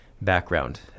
background